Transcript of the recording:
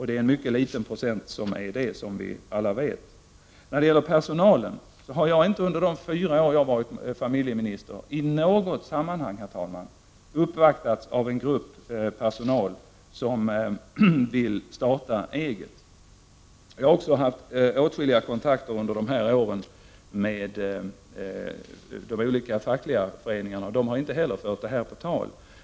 Det är en mycket liten procent som är det, som vi alla vet. När det gäller personalen har jag inte under de fyra år som jag har varit familjeminister i något sammanhang uppvaktats av en grupp personal som vill starta eget. Jag har också under de här åren haft åtskilliga kontakter med de olika fackliga föreningarna, och de har inte heller fört detta på tal.